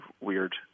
weird